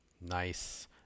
Nice